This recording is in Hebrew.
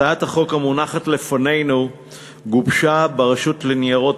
הצעת החוק המונחת לפנינו גובשה ברשות לניירות